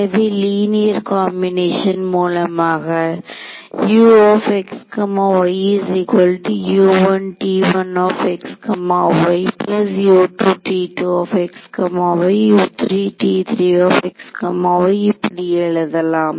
எனவே linear combination மூலமாக இப்படி எழுதலாம்